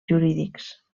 jurídics